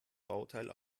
bauteil